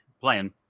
playing